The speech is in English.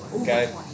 Okay